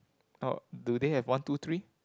oh do they have one two three